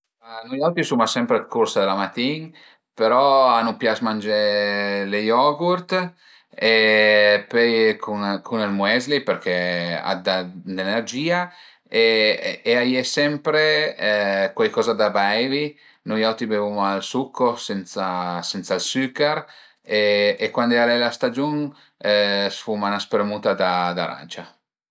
Nui auti suma sempre dë cursa la matin, però a nu pias mangé lë yogurt e pöi cun cun ël muesli che a të da d'energìa e a ie sempre cuaicoza da beivi, nui auti bevuma ël succo senza sensa ël suchèr e cuandi al e la stagiun s'fuma 'na spremuta da d'arancia